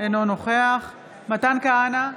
אינו נוכח מתן כהנא,